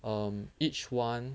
um each one